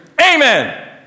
Amen